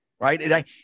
right